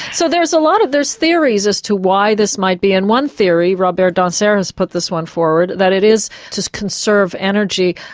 so there's a lot of there's theories as to why this might be and one theory, robert d'hanser put this one forward, that it is to conserve energy.